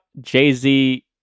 Jay-Z